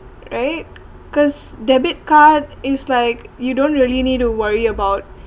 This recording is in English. right cause debit card is like you don't really need to worry about